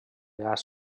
gas